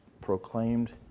proclaimed